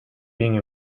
being